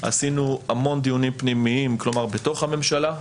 עשינו המון דיונים פנימיים בתוך הממשלה,